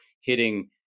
hitting